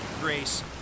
grace